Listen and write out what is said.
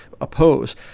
oppose